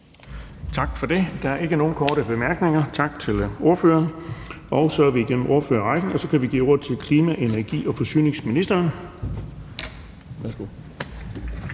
tak for det. Der er ingen korte bemærkninger. Tak til ordføreren. Så er vi igennem ordførerrækken, og så kan vi give ordet til klima-, energi- og forsyningsministeren. Værsgo.